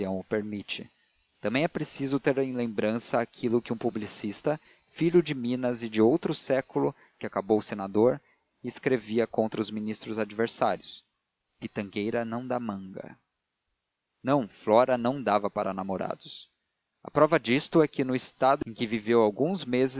permite também é preciso ter em lembrança aquilo de um publicista filho de minas e do outro século que acabou senador e escrevia contra os ministros adversários pitangueira não dá manga não flora não dava para namorados a prova disto é que no estado em que viveu alguns meses